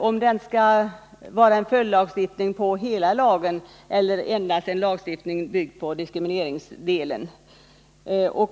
om den skall vara en följdlagstiftning till hela lagen eller bara bygga på diskrimineringsdelen.